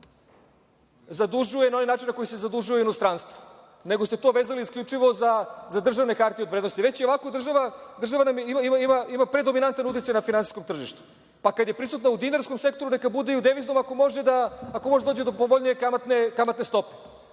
zadužuje na ovaj način na koji se zadužuju u inostranstvu, nego ste to vezali isključivo za državne karte i od vrednost. Već i ovako država nam ima predominantan uticaj na finansijskom tržištu, pa kada je prisutno u dinarskom sektoru neka bude i u deviznom ako može da dođe do povoljnije kamatne stope. Ovako,